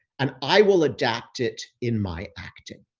and i will adapt it in my acting.